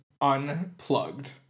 unplugged